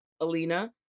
Alina